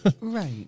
Right